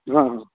हँ हँ